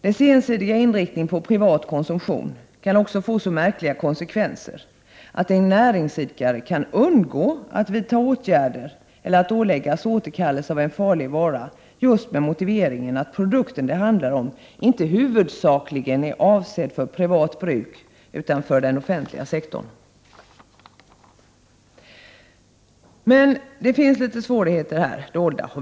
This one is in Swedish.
Dess ensidiga inriktning på privat konsumtion kan få så märkliga konsekvenser att en näringsidkare kan undgå att vidta åtgärder eller åläggas återkallelse av en farlig vara, just med motiveringen att produkten det handlar om inte i huvudsak är avsedd för privat bruk utanför den offentliga sektorn. Här finns dolda svårigheter.